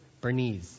Bernese